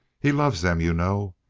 he loves them, you know.